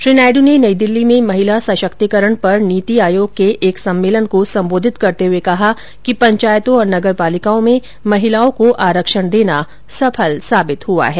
श्री नायड् ने नई दिल्ली में महिला सशक्तीकरण पर नीति आयोग के एक सम्मेलन को संबोधित करते हुए कहा कि पंचायतों और नगर पालिकाओं में महिलाओं को आरक्षण देना सफल साबित हुआ है